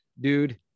Dude